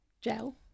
gel